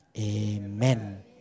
Amen